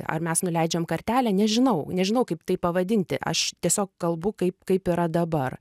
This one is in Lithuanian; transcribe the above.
ar mes nuleidžiam kartelę nežinau nežinau kaip tai pavadinti aš tiesiog kalbu kaip kaip yra dabar